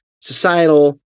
societal